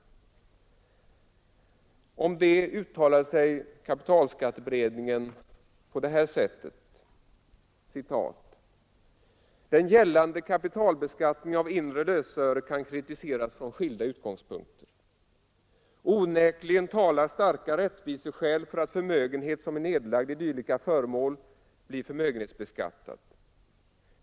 Om detta uttalade sig kapitalskatteberedningen 1971 på följande sätt: ”Den gällande kapitalbeskattningen av inre lösöre kan kritiseras från skilda utgångspunkter. Onekligen talar starka rättviseskäl för att förmögenhet som är nedlagd i dylika föremål blir förmögenhetsbeskattad.